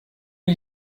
die